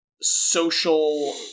social